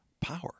power